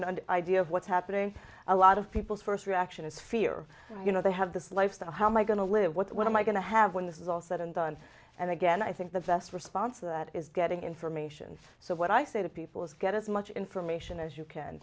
an idea of what's happening a lot of people's first reaction is fear you know they have this lifestyle how my going to live what am i going to have when this is all said and done and again i think the best response to that is getting information so what i say to people is get as much information as you can